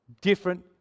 different